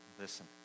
Listen